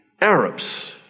Arabs